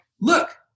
look